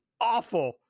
awful